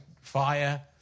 fire